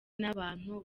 n’abantu